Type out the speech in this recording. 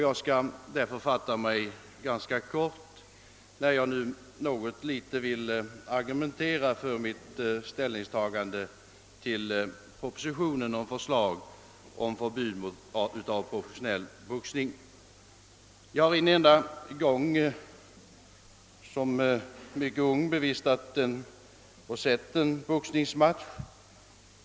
Jag skall därför fatta mig kort när jag nu vill argumentera för mitt ställnings Jag har en enda gång som mycket ung bevistat en boxningsmatch.